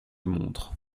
montre